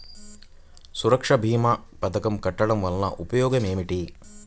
సురక్ష భీమా పథకం కట్టడం వలన ఉపయోగం ఏమిటి?